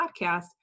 podcast